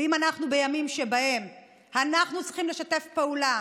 ואם אנחנו בימים שבהם אנחנו צריכים לשתף פעולה,